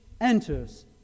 enters